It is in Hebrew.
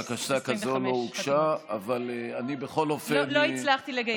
בקשה כזאת לא הוגשה, לא הצלחתי לגייס 25 חתימות.